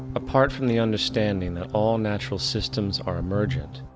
apart from the understanding that all natural systems are emergent,